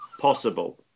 possible